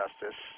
Justice